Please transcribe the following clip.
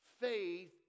Faith